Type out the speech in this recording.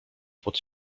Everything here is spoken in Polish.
pod